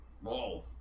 Whoa